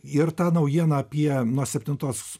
ir tą naujieną apie nuo septintos